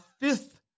Fifth